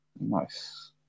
Nice